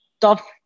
tough